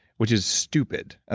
which is stupid.